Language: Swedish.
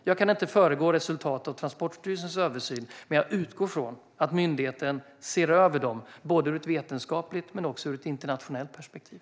Jag kan inte föregå resultatet av Transportstyrelsens översyn, men jag utgår från att myndigheten ser över kraven både ur ett vetenskapligt perspektiv och ur ett internationellt perspektiv.